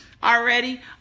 already